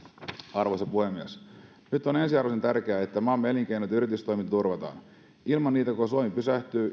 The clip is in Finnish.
arvoisa puhemies nyt on ensiarvoisen tärkeää että maamme elinkeinot ja yritystoiminta turvataan ilman niitä koko suomi pysähtyy